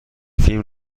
فیلم